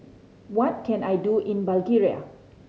what can I do in Bulgaria